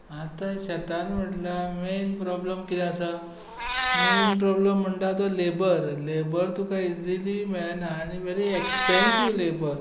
आतां शेतांत म्हणल्यार मैन प्रोबल्म कितें आसा मैन प्रोबल्म म्हणटात तो लेबर तो तुका इझिली मेळना आनी वेरी एक्सपेन्सिव्ह लेबर